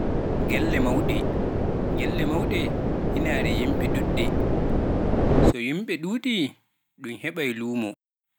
Golle mauɗe, Golle mauɗe inaare yimɓe ɗuɓɓe, so yimɓe ɗuɗi un heyɓai luumo.